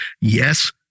Yes